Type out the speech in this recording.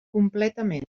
completament